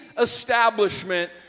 establishment